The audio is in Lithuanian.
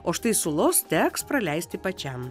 o štai sulos teks praleisti pačiam